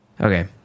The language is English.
Okay